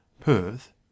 Perth